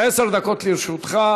עשר דקות לרשותך.